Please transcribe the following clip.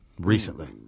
Recently